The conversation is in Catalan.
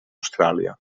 austràlia